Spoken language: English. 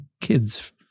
kids